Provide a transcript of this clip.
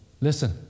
Listen